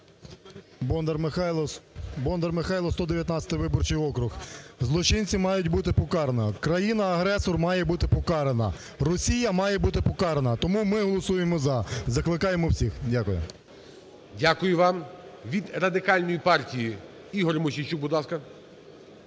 Бондар Михайло, 119 виборчий округ. Злочинці мають бути покарані, країна-агресор має бути покарана, Росія має бути покарана. Тому ми голосуємо "за", закликаємо всіх. Дякую. ГОЛОВУЮЧИЙ. Дякую вам. Від Радикальної партії Ігор Мосійчук, будь ласка.